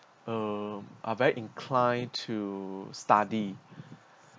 uh are very inclined to study